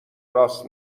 راس